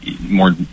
more